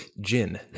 gin